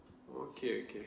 okay okay